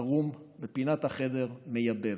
ערום בפינת החדר, מייבב.